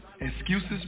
Excuses